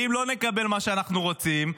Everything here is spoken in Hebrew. ואם לא נקבל מה שאנחנו רוצים,